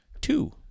Two